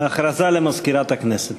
הודעה למזכירת הכנסת.